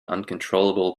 uncontrollable